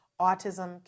Autism